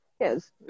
Yes